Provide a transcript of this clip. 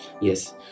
Yes